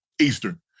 Eastern